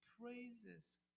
praises